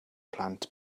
plant